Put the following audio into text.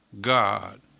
God